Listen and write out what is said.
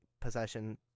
possession